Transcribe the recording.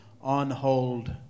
on-hold